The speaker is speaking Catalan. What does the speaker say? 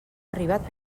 arribat